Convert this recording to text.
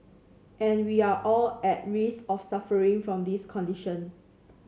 and we are all at risk of suffering from this condition